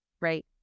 right